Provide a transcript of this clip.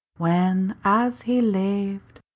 whan, as he laved,